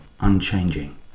unchanging